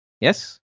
yes